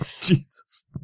Jesus